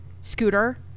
scooter